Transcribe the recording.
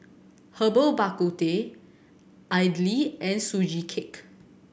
Herbal Bak Ku Teh idly and Sugee Cake